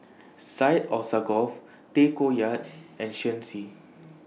Syed Alsagoff Tay Koh Yat and Shen Xi